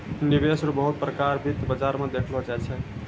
निवेश रो बहुते प्रकार वित्त बाजार मे देखलो जाय छै